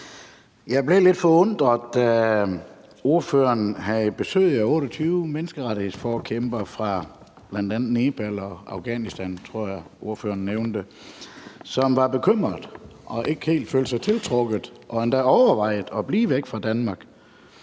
Jeg blev lidt forundret, da ordføreren talte om at have haft besøg af 28 menneskerettighedsforkæmpere fra bl.a. Nepal og Afghanistan, tror jeg ordføreren nævnte, som var bekymrede og ikke helt følte sig tiltrukket og endda overvejede at blive væk fra Danmark.